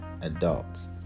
adults